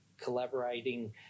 collaborating